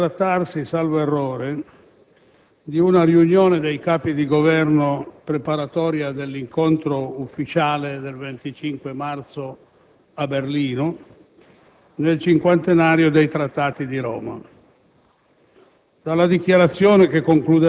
Dovrebbe trattarsi, salvo errore, di una riunione dei Capi di Governo preparatoria dell'incontro ufficiale del 25 marzo a Berlino, nel cinquantenario dei Trattati di Roma.